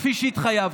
כפי שהתחייבתי.